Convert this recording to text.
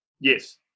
Yes